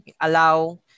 allow